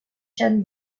ten